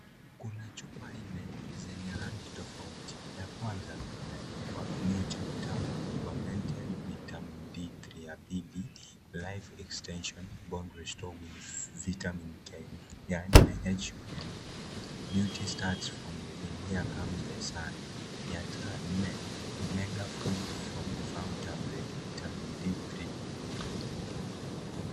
Kuna chupa nne, zenye rangi tofauti. Ya kwanza, imeadikuwa,(cs) new chapter, fermented vitamin D3 (cs),ya pili (cs) Life extension, bone restore with vitamin K (cs), ya tatu (cs) Beauty starts from within, here comes the sun (cs), ya nne (cs) megafood from the farm tablet, vitamin D3 (cs).